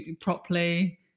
properly